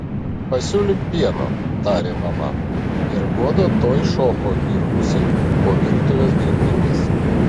pasiūlyk pieno tarė mama ir goda tuoj šoko į rūsį po virtuvės grindimis